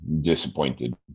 disappointed